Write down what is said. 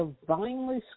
divinely